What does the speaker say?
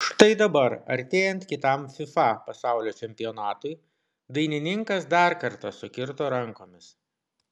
štai dabar artėjant kitam fifa pasaulio čempionatui dainininkas dar kartą sukirto rankomis